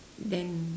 then